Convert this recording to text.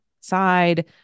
side